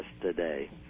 today